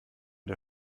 der